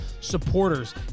supporters